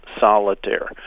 solitaire